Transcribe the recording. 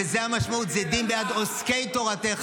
וזו המשמעות של "זדים ביד עוסקי תורתך".